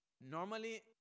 normally